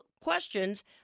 questions